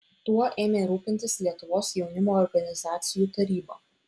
tuo ėmė rūpintis lietuvos jaunimo organizacijų taryba